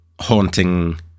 haunting